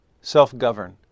Self-govern